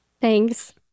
Thanks